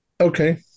okay